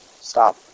stop